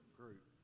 group